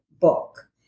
book